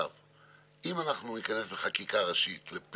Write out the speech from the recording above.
גם בהשוואה למדינות OECD ולמדינות